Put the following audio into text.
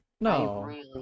No